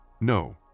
No